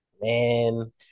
Man